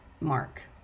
mark